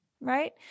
Right